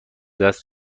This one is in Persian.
دست